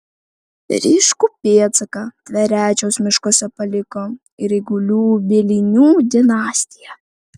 ryškų pėdsaką tverečiaus miškuose paliko ir eigulių bielinių dinastija